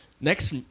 Next